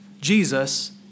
Jesus